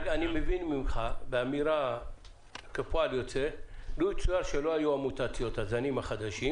אני מבין ממך כפועל יוצא שאם לא היו המוטציות והזנים החדשים